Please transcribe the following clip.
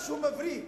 משהו מבריק,